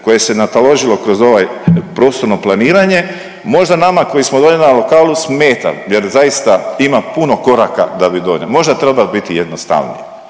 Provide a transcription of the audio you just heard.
koje se nataložilo kroz ovaj prostorno planiranje možda nama koji smo dolje na lokalu smeta jer zaista ima puno koraka da bi donijeli, možda treba biti jednostavniji,